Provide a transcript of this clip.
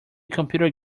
computer